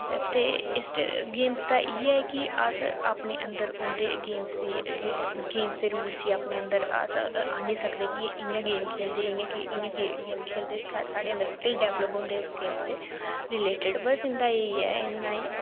ते इस गेम दा इयै कि अस अपने अंदर उंदे गेम्स दे रूल अपने अंदर आह्नी सकदे की इंया गेम खेल्लदे की इंया गेम खेल्लदे ते साढ़े अंदर स्किल डेवल्प होंदे उंदे रिलेटेड बस उंदा इन्ना ई ऐ बस